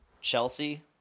chelsea